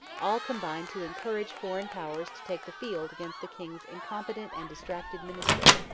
all combined to encourage foreign powers to take the field against the king's incompetent and distracted ministry.